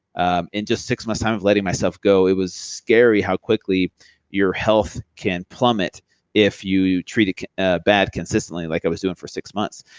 ah in just six months time of letting myself go, it was scary how quickly your health can plummet if you treat it ah bad consistently like i was doing for six months.